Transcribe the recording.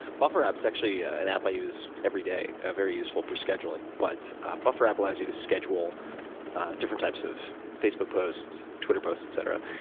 buffer app is actually ah an app i use every day, ah very useful for scheduling. but buffer app allows you to schedule different types of facebook posts, twitter posts, etc,